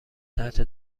تحت